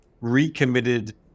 recommitted